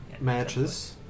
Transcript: matches